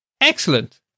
Excellent